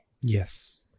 Yes